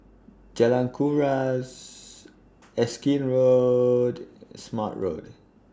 Jalan Kuras Erskine Road Smart Road